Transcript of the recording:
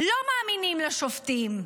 לא מאמינים לשופטים.